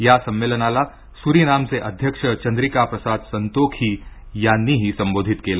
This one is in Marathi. या संमेलनाला सुरिनामचे अध्यक्ष चंद्रिकाप्रसाद संतोखी यांनीही संबोधित केलं